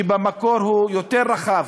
שבמקור הוא יותר רחב,